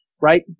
right